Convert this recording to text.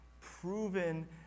Proven